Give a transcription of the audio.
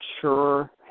sure